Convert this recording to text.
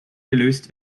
gelöst